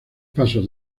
pasos